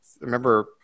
remember